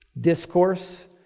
discourse